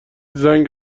زنگ